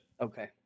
okay